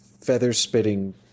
feather-spitting